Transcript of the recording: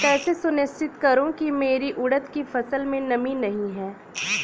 मैं कैसे सुनिश्चित करूँ की मेरी उड़द की फसल में नमी नहीं है?